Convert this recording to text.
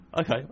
Okay